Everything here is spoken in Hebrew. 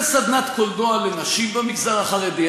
בסדנת קולנוע לנשים במגזר החרדי.